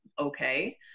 okay